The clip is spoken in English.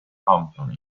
company